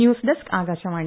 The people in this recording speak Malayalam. ന്യൂസ്ഡെസ്ക് ആകാശവാണി